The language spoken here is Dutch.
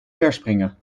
verspringen